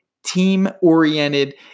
team-oriented